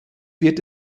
wird